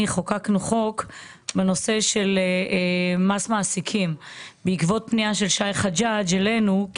חוקקנו חוק לגבי מס מעסיקים בעקבות פנייה של שי חג'ג' אלינו.